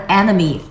enemy